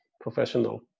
professional